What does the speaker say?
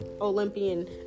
Olympian